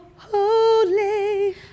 Holy